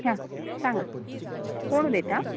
हां सांगा कोण उलयता